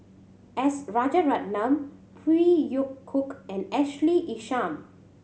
S Rajaratnam Phey Yew Kok and Ashley Isham